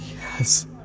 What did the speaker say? Yes